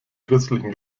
christlichen